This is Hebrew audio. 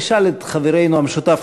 תשאל את חברנו המשותף,